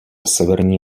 severní